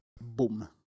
boom